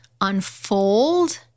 unfold